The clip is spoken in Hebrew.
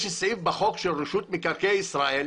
יש סעיף בחוק של רשות מקרקעי ישראל,